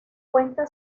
cuenta